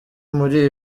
muri